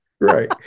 Right